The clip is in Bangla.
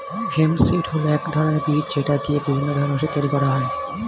হেম্প সীড হল এক ধরনের বীজ যেটা দিয়ে বিভিন্ন ওষুধ তৈরি করা হয়